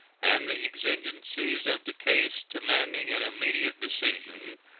and the exigencies of the case demanding an immediate decision,